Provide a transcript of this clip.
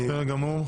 בסדר גמור.